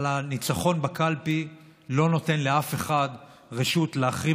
אבל הניצחון בקלפי לא נותן לאף אחד רשות להחריב